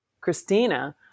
Christina